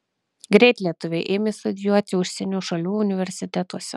greit lietuviai ėmė studijuoti užsienio šalių universitetuose